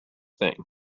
thing